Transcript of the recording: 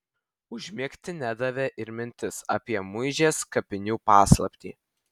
užmigti nedavė ir mintis apie muižės kapinių paslaptį